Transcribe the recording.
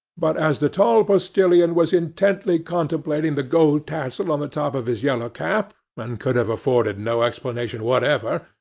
but as the tall postilion was intently contemplating the gold tassel on the top of his yellow cap, and could have afforded no explanation whatever,